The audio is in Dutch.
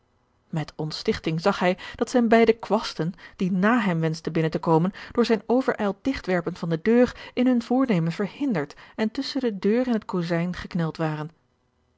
met ontstichting zag hij dat zijne beide kwasten die nà hem wenschten binnen te komen door zijn overijld digt werpen van de deur in hun voornemen verhinderd en tusschen de deur en het kozijn gekneld waren